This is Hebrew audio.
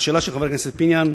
לשאלה של חבר הכנסת פיניאן,